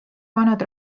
vanad